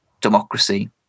democracy